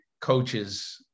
coaches